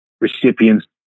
recipients